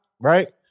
right